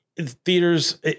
theaters